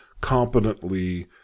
competently